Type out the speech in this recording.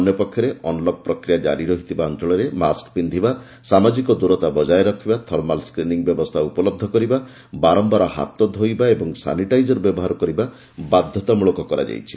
ଅନ୍ୟ ପକ୍ଷରେ ଅନ୍ଲକ୍ ପ୍ରକ୍ରିୟା କାରି ରହିଥିବା ଅଞ୍ଚଳରେ ମାସ୍କ୍ ପିନ୍ଧିବା ସାମାଜିକ ଦୂରତା ବଜାୟ ରଖିବା ଥର୍ମାଲ୍ ସ୍କ୍ରିନିଂ ବ୍ୟବସ୍ଥା ଉପଲବ୍ଧ କରିବା ବାରମ୍ଭାର ହାତ ଧୋଇବା ଓ ସାନିଟାଇଜର ବ୍ୟବହାର କରିବା ବାଧ୍ୟତା ମୃଳକ କରାଯାଇଛି